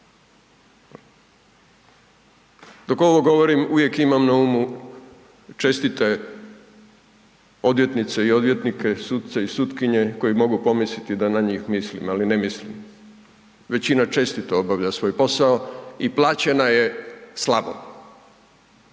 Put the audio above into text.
Dok ovo govorim uvijek imam na umu čestite odvjetnice i odvjetnike, suce i sutkinje koji mogu pomisliti da na njih mislim, ali ne mislim. Većina čestito obavlja svoj posao i plaćena je slabo.